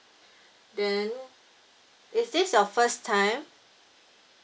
then is this your first time